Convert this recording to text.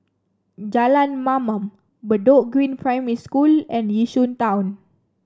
Jalan Mamam Bedok Green Primary School and Yishun Town